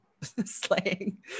slaying